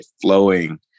flowing